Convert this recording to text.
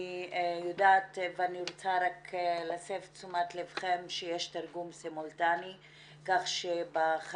אני יודעת ואני רוצה רק להסב את תשומת ליבכם לכך שיש תרגום סימולטני,